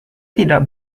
tidak